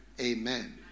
Amen